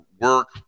work